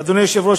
אדוני היושב-ראש,